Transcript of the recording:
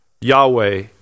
Yahweh